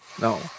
No